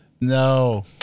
No